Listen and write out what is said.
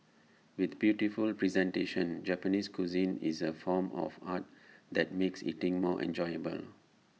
with beautiful presentation Japanese cuisine is A form of art that make eating more enjoyable